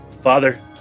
Father